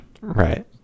Right